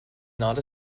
not